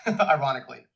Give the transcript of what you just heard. ironically